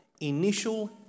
initial